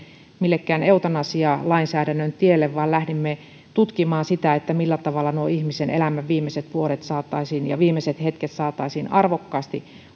millekään eutanasialainsäädännön tielle vaan lähdimme tutkimaan millä tavalla nuo ihmisen elämän viimeiset vuodet ja viimeiset hetket saataisiin arvokkaasti